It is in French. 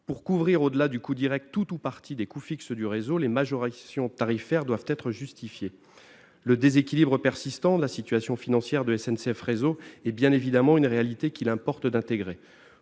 Pour couvrir, au-delà du « coût direct », tout ou partie des coûts fixes du réseau, les majorations tarifaires doivent être justifiées. Le déséquilibre persistant de la situation financière de SNCF Réseau est bien évidemment une réalité qu'il importe d'intégrer.